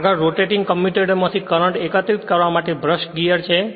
આગળ rotating commutator માંથી current એકત્રિત કરવા માટે બ્રશ ગિયર છે